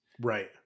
Right